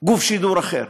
גוף שידור אחר.